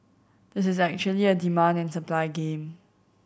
this is actually a demand and supply game